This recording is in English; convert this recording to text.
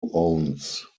owns